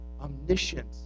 omniscient